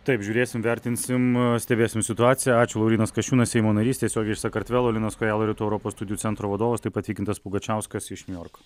taip žiūrėsim vertinsim stebėsim situaciją ačiū laurynas kasčiūnas seimo narys tiesiogiai iš sakartvelo linas kojala rytų europos studijų centro vadovas taip pat vykintas pugačiauskas iš niujorko